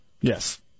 Yes